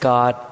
God